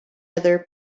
other